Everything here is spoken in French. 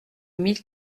mille